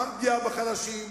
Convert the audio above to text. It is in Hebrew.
גם פגיעה בחלשים,